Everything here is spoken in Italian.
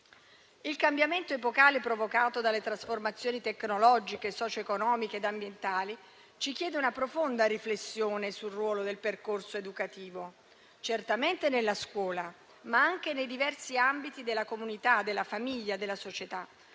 Il cambiamento epocale provocato dalle trasformazioni tecnologiche, socio-economiche e ambientali ci chiede una profonda riflessione sul ruolo del percorso educativo, certamente nella scuola, ma anche nei diversi ambiti della comunità, della famiglia, della società,